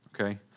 okay